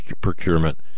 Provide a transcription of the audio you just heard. procurement